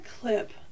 clip